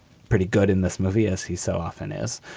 pretty good in this movie as he so often is.